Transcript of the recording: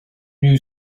view